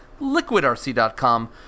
LiquidRC.com